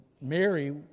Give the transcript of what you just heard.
Mary